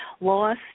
Loss